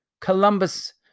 Columbus